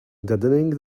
deadening